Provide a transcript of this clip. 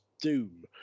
doom